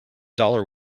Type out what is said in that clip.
dollar